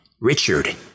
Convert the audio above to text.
Richard